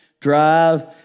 drive